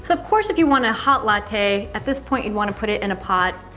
so of course, if you want a hot latte, at this point, you'd want to put it in a pot,